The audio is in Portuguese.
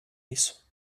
isso